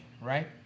right